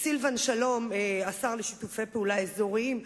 סילבן שלום, השר לשיתופי פעולה אזוריים.